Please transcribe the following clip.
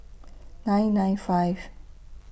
nine nine five